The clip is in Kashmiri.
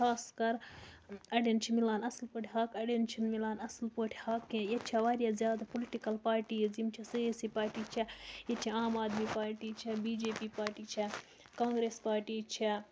خاص کر اَڑٮ۪ن چھ مِلان اَصٕل پٲٹھۍ حق اَڑٮ۪ن چھِنہٕ مِلان اَصٕل پٲٹھۍ حق کیٚنٛہہ ییٚتہِ چھےٚ واریاہ زیادٕ پُلٹِکَل پارٹیٖز یِم چھِ سیٲسی پارٹی چھےٚ ییٚتہِ چھِ عام آدمی پارٹی چھےٚ بی جے پی پارٹی چھےٚ کانٛگرٮ۪س پارٹی چھےٚ